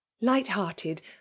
light-hearted